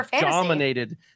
dominated